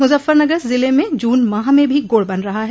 मुजफ्फरनगर जिले में जून माह में भी गुड़ बन रहा है